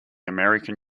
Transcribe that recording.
american